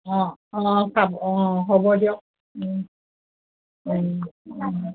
অঁ অঁ পাব অঁ হ'ব দিয়ক